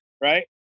right